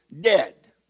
dead